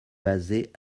basée